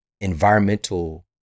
environmental